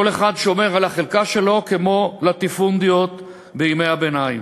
כל אחד שומר על החלקה שלו כמו לטיפונדיות בימי הביניים.